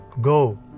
Go